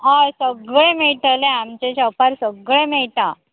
हय सगळें मेळटलें आमच्या शॉपार सगळें मेळटा